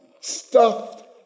stuffed